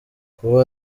kuba